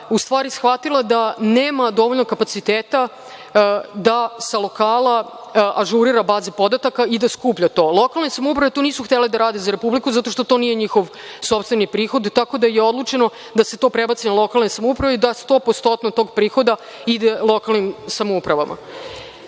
u stvari shvatila da nema dovoljno kapaciteta da sa lokala ažurira baze podataka i da skuplja to. Lokalne samouprave to nisu htele da rade za Republiku zato što to nije njihov sopstveni prihod, tako da je odlučeno da se to prebaci na lokalne samouprave i da stopostotno tog prihoda ide lokalnim samoupravama. Nije